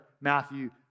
Matthew